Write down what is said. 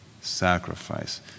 sacrifice